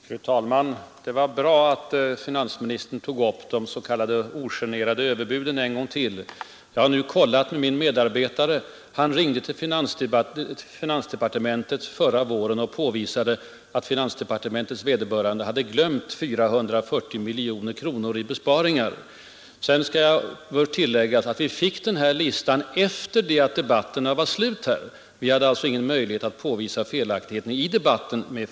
Fru talman! Det var bra att finansministern tog upp de s.k. ”ogenerade överbuden” en gång till. Jag har nu kollat saken med min medarbetare. Denne ringde till finansdepartementet förra våren och påvisade att vederbörande tjänsteman där hade glömt omkring 440 miljoner kronor i besparingar i departementets sammanställning. Sedan bör det tilläggas att vi fick listan efter det att debatterna i kammaren var slut. Jag hade alltså ingen möjlighet att i debatten med finansministern påvisa felaktigheterna.